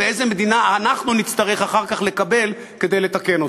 ואיזו מדינה אנחנו אחר כך נקבל כדי לתקן אותה.